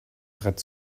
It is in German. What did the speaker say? brett